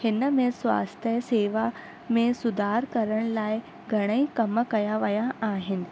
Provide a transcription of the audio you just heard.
हिन में स्वास्थ्य सेवा में सुधार करण लाइ घणे ई कम कया विया आहिनि